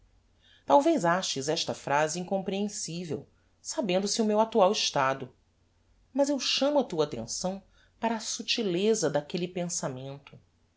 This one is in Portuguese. talvez aches esta phrase incomprehensivel sabendo se o meu actual estado mas eu chamo a tua attenção para a subtileza daquelle pensamento